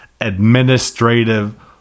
administrative